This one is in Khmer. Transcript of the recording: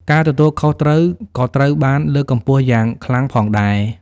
ការទទួលខុសត្រូវក៏ត្រូវបានលើកកម្ពស់យ៉ាងខ្លាំងផងដែរ។